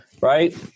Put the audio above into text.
Right